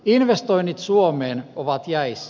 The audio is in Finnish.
investoinnit suomeen ovat jäissä